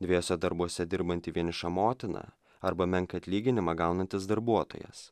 dviejuose darbuose dirbanti vieniša motina arba menką atlyginimą gaunantis darbuotojas